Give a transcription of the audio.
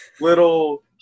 little